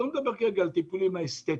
אני לא מדבר כרגע על הטיפולים האסתטיים,